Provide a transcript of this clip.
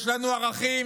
יש לנו ערכים,